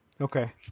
okay